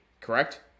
correct